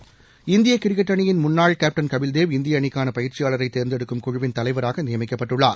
விளையாட்டுச் செய்திகள் இந்திய கிரிக்கெட் அணியின் முன்னாள் கேப்டன் கபில்தேவ் இந்திய அணிக்கான பயிற்சியாளரைத் தேர்ந்தெடுக்கும் குழுவின் தலைவராக நியமிக்கப்பட்டுள்ளார்